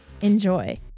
Enjoy